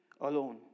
alone